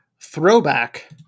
throwback